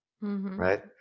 right